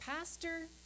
Pastor